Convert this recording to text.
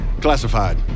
Classified